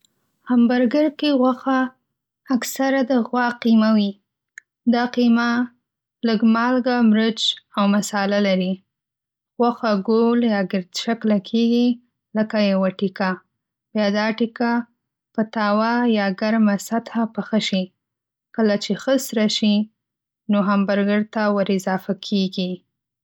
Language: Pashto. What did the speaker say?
همبرګر کې غوښه اکثره د غوا قیمه وي. دا قیمه لږ مالګه، مرچ او مصاله لري. غوښه ګول یا ګرد شکله کېږي، لکه یوه ټیکه. بیا دا ټیکه په تاوه یا ګرمه سطح پخه شي. کله چې ښه سره شي، نو همبرګر ته ور اضافه کېږي.